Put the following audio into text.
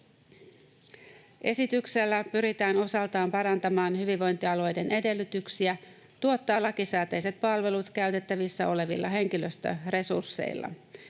Esityksellä pyritään osaltaan parantamaan hyvinvointialueiden edellytyksiä tuottaa lakisääteiset palvelut käytettävissä olevilla henkilöstöresursseilla.